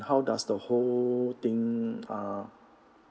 how does the whole thing uh